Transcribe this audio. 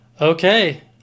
Okay